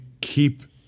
keep